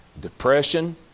depression